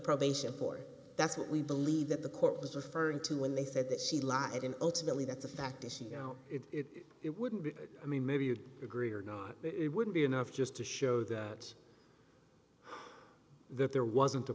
probation port that's what we believe that the court was referring to when they said that she lied and ultimately that the fact is you know it it wouldn't be i mean maybe you'd agree or not it wouldn't be enough just to show that there wasn't a